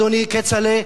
אדוני כצל'ה,